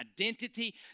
identity